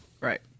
right